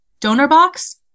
DonorBox